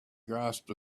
grasped